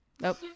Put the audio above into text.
Nope